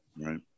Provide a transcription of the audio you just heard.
Right